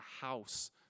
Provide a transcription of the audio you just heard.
house